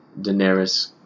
Daenerys